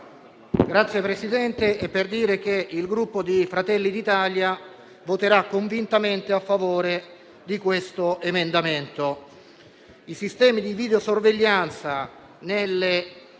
per dire che il Gruppo Fratelli d'Italia voterà convintamente a favore di questo emendamento. I sistemi di videosorveglianza nelle